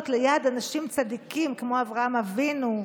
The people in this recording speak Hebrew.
ליד אנשים צדיקים כמו אברהם אבינו,